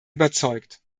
überzeugt